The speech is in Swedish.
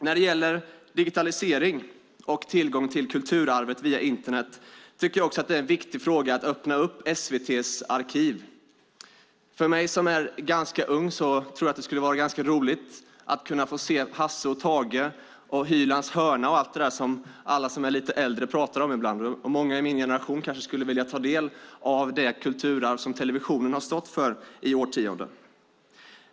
När det gäller digitalisering och tillgång till kulturarvet via Internet tycker jag också att det är en viktig fråga att öppna upp SVT:s arkiv. För mig som är ganska ung tror jag att det skulle vara roligt att kunna få se Hasse och Tage, Hylands hörna och allt det där som alla som är lite äldre pratar om ibland. Många i min generation kanske skulle vilja ta del av det kulturarv som televisionen har stått för i årtionden.